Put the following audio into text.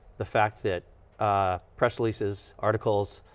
the fact that ah press releases, articles,